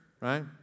right